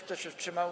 Kto się wstrzymał?